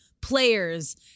players